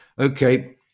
Okay